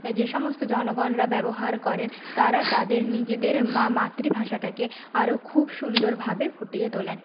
যে সমস্ত জনগণরা ব্যবহার করেন তারা তাদের নিজেদের মাতৃভাষাটাকে আরো খুব সুন্দরভাবে ফুটিয়ে তোলেন